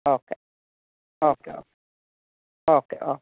okay okay oh okay okay